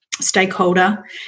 stakeholder